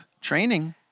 training